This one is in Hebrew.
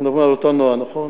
אנחנו מדברים על אותה נועה, נכון?